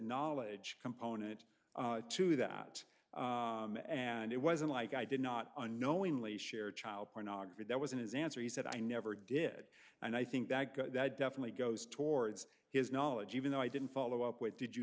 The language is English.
knowledge component to that and it wasn't like i did not unknowingly share child pornography that was in his answer he said i never did and i think that that definitely goes towards his knowledge even though i didn't follow up with did you